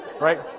right